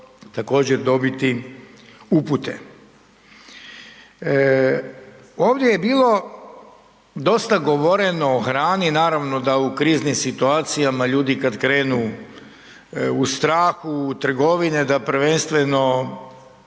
također dobiti upute. Ovdje je bilo dosta govoreno o hrani, naravno da u kriznim situacijama ljudi kad krenu u strahu u trgovine da prvenstveno